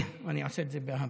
אני עושה את זה באהבה.